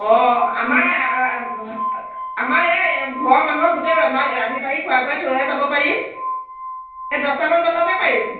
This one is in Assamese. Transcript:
অঁ আমাৰ আমাৰ এই ঘৰৰ মানুহক গোটেই ৰন্ধা ৰান্ধি বাঢ়ি খোৱাই বোৱাই থৈ হে যাব পাৰিম দহটা মান বজাতেহে পাৰিম